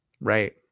right